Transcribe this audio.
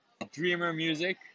dreamermusic